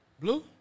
blue